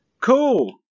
cool